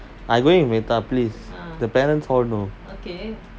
I going with matar please the parents all know